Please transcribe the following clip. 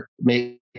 make